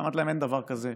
אמרתי להם: אין דבר כזה.